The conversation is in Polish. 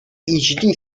źli